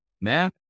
man